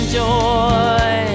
joy